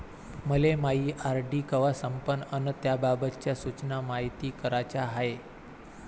मले मायी आर.डी कवा संपन अन त्याबाबतच्या सूचना मायती कराच्या हाय